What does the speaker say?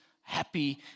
happy